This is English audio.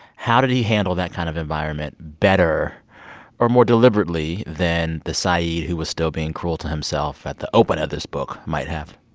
how did he handle that kind of environment better or more deliberately than the saeed who was still being cruel to himself at the open of this book might have?